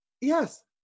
yes